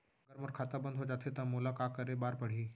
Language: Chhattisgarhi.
अगर मोर खाता बन्द हो जाथे त मोला का करे बार पड़हि?